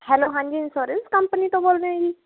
hello ਹਾਂਜੀ insurance company ਤੋਂ ਬੋਲਦੇ ਹੋ ਜੀ